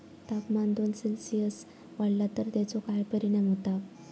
तापमान दोन सेल्सिअस वाढला तर तेचो काय परिणाम होता?